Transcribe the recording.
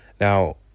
Now